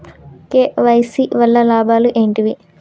KYC వల్ల లాభాలు ఏంటివి?